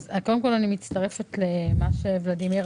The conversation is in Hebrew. קודם כול, אני מצטרפת למה שאמר ולדימיר